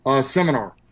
seminar